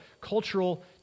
cultural